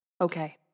Okay